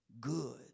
Good